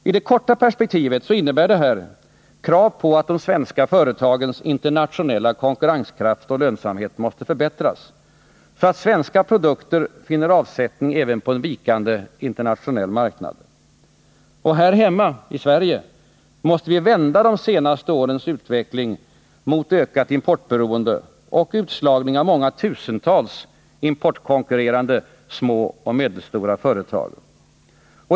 I det korta perspektivet innebär det här krav på att de svenska företagens internationella konkurrenskraft och lönsamhet måste förbättras, så att svenska produkter finner avsättning även på en vikande internationell marknad. Här hemma i Sverige måste vi vända de senaste årens utveckling mot ökat importberoende och utslagning av många tusentals importkonkurrerande små och medelstora företag.